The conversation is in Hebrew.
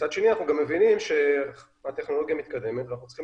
מצד שני אנחנו גם מבינים שהטכנולוגיה מתקדמת ואנחנו צריכים